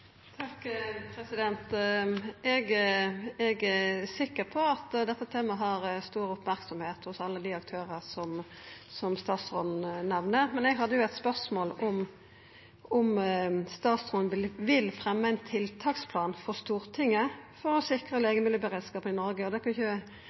er sikker på at dette temaet har stor merksemd hos alle dei aktørane som statsråden nemner. Men eg hadde jo eit spørsmål om statsråden vil fremja ein tiltaksplan for Stortinget for å